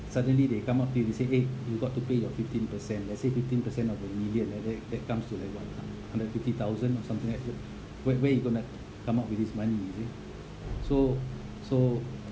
suddenly they come up to you and say eh you got to pay your fifteen percent let's say fifteen percent of the million like that that comes to like what uh a hundred fifty thousand or something like that where where you going to come up with this money you see so so